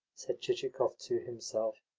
said chichikov to himself.